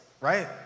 right